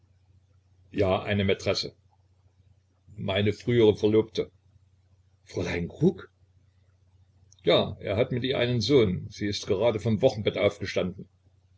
ja eine maitresse meine frühere verlobte fräulein kruk ja er hat mit ihr einen sohn sie ist gerade vom wochenbett aufgestanden